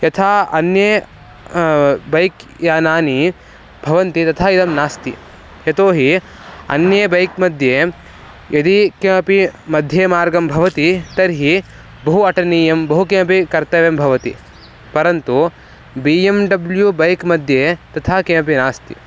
यथा अन्यानि बैक्यानानि भवन्ति तथा इदं नास्ति यतोहि अन्ये बैक्मध्ये यदि किमपि मध्ये मार्गं भवति तर्हि बहु अटनीयं बहु किमपि कर्तव्यं भवति परन्तु बि एम् डब्ल्यू बैक्मध्ये तथा किमपि नास्ति